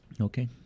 Okay